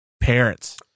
parents